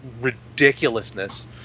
ridiculousness